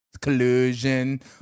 collusion